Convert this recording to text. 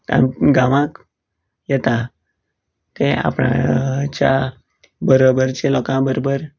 तांक गांवान येता ते आपणाच्या बरोबरच्या लोकां बरोबर